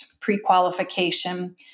pre-qualification